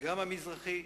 וגם המזרחי,